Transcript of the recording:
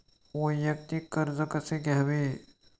वैयक्तिक कर्ज कसे घ्यावे?